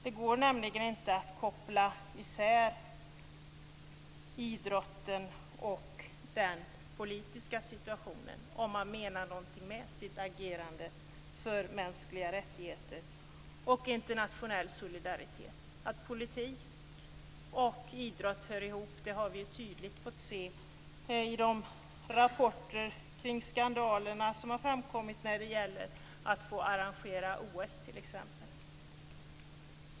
Det går nämligen inte att koppla isär idrotten och den politiska situationen om man menar någonting med sitt agerande för mänskliga rättigheter och internationell solidaritet. Att politik och idrott hör ihop har vi tydligt fått se i de rapporter som framkommit om t.ex. skandalerna när det gäller att få arrangera OS.